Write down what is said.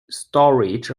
storage